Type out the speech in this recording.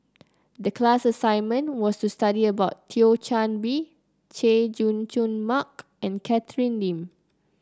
the class assignment was to study about Thio Chan Bee Chay Jung Jun Mark and Catherine Lim